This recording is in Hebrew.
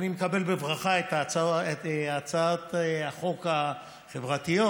אני מקבל בברכה את הצעות החוק החברתיות,